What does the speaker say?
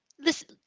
listen